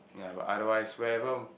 ya but otherwise where ever